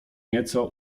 nieco